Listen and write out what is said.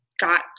got